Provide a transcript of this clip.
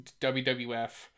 WWF